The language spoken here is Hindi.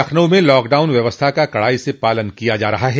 लखनऊ में लॉकडाउन व्यवस्था का कड़ाई से पालन किया जा रहा है